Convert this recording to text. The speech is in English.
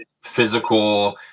physical